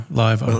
live